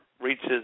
reaches